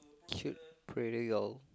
cute cradle y'all